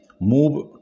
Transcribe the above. move